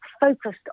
focused